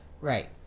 right